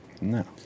no